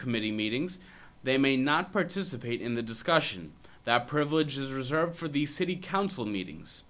committee meetings they may not participate in the discussion that privileges are reserved for the city council meetings